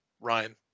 Ryan